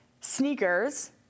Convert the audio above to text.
sneakers